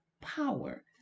power